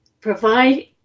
provide